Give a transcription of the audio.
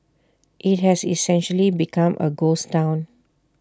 IT has essentially become A ghost Town